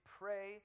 pray